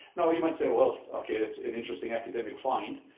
now, you might say, well, ok, it's an interesting academic find,